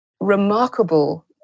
remarkable